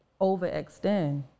overextend